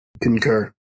Concur